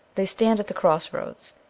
they stand at the tross roads,